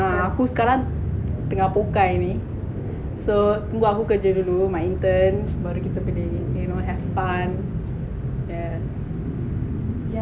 ha aku sekarang tengah pokai ni so tunggu aku kerja dulu my intern baru kita pergi you know have fun yes